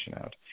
out